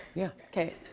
yeah. okay.